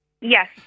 Yes